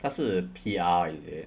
他是 P_R is it